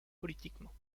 politiquement